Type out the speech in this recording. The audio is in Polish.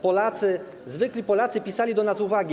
Polacy, zwykli Polacy pisali do nas z uwagami.